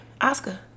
Oscar